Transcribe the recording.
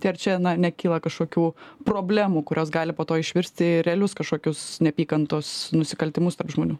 tai ar čia nekyla kažkokių problemų kurios gali po to išvirsti į realius kažkokius neapykantos nusikaltimus tarp žmonių